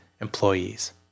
employees